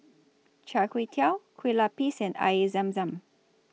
Char Kway Teow Kue Lupis and Air Zam Zam